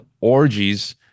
orgies